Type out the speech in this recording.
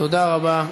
תודה רבה.